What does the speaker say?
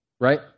right